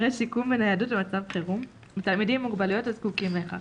במצב חירום, לתלמידים עם מוגבלויות הזקוקים לכך,